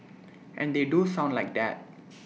and they do sound like that